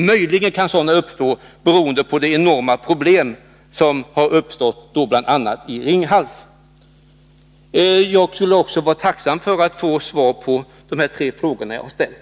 Möjligen kan det ha blivit fördyringar beroende på de enorma problem som har uppstått bl.a. i Ringhals. Jag skulle vara tacksam om jag fick svar på de tre frågor jag har ställt.